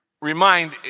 remind